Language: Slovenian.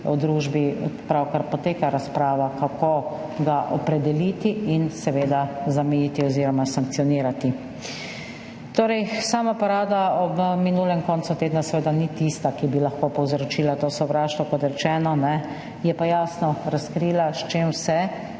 v družbi pravkar poteka razprava, kako ga opredeliti in seveda zamejiti oziroma sankcionirati. Sama parada ob minulem koncu tedna seveda ni tista, ki bi lahko povzročila to sovraštvo, kot rečeno, je pa jasno razkrila, s čim vse